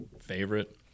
favorite